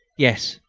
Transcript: yes,